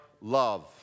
love